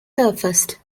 surfaced